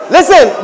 Listen